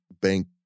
bank